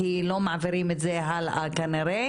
כי לא מעבירים את זה הלאה כנראה,